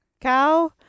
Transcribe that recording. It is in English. cow